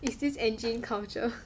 is this engin culture